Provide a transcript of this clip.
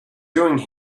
doing